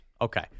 Okay